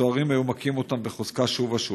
הסוהרים היו מכים אותם בחוזקה שוב ושוב.